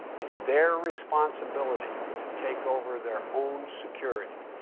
it's their responsibility to take over their own security.